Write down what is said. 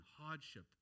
hardship